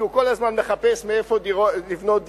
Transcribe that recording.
כי הוא כל הזמן מחפש איפה לבנות דירות,